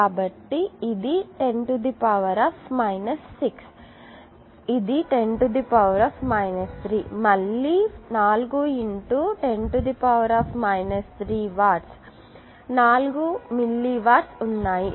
కాబట్టి ఇది 10 6 ఇది 10 3 మరియు మళ్ళీ 4 x10 3 వాట్స్ 4 మిల్లీ వాట్స్ ఉన్నాయి